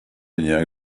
nějak